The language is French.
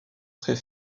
très